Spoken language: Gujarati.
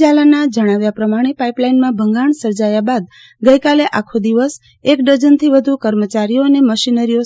ઝાલાના જણાવ્યા પ્રમાણે પાઈપલાઈનમાં ભંગાણ સર્જાયા બાદ ગઈકાલે આખો દિવસ એક ડઝનથી વધુ કર્મચારીઓ અને મશીનરીઓ